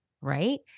Right